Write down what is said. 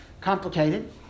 complicated